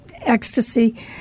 ecstasy